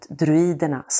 druiderna